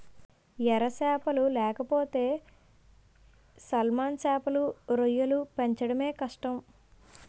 ఎర సేపలు లేకపోతే సాల్మన్ సేపలు, రొయ్యలు పెంచడమే కష్టం